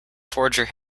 forger